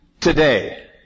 today